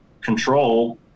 control